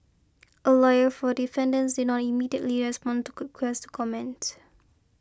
a lawyer for defendants did not immediately respond to requests comment